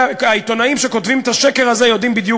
העיתונאים שכותבים את השקר הזה יודעים בדיוק